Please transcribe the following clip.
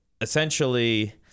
essentially